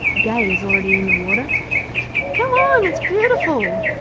gay is already in the water come on it's beautiful,